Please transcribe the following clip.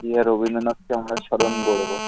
প্রিয় রবীন্দ্রনাথকে আমরা স্মরণ করবো